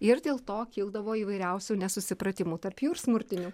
ir dėl to kildavo įvairiausių nesusipratimų tarp jų ir smurtinių